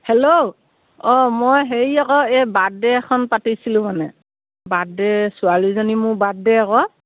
hello অঁ মই হেৰি আকৌ এই বাৰ্থডে এখন পাতিছিলোঁ মানে বাৰ্থডে ছোৱালীজনী মোৰ বাৰ্থডে আকৌ